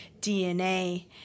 DNA